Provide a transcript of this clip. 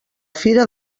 fira